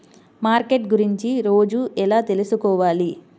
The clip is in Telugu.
మార్కెట్ గురించి రోజు ఎలా తెలుసుకోవాలి?